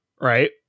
right